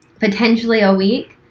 potentially a week.